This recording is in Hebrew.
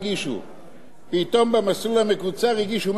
פתאום במסלול המקוצר הגישו 130,000 תיקים,